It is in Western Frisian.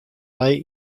lei